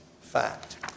fact